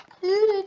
Good